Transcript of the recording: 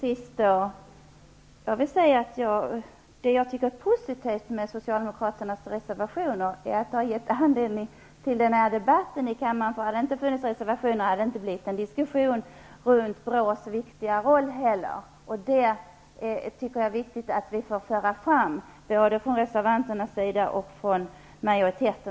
Herr talman! Till sist vill jag säga att det är positivt med Socialdemokraternas reservationer. De har gett anledning till den här debatten i kammaren. Om det inte hade funnits reservationer, hade det inte heller blivit någon diskussion runt BRÅ:s viktiga roll. Det är viktigt att vi alla får tillfälle att föra fram vikten av BRÅ:s arbete.